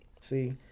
See